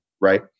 right